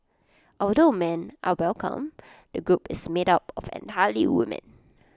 although men are welcome the group is made up of entirely women